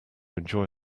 enjoy